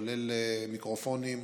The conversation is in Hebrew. כולל מיקרופונים,